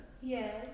Yes